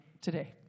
today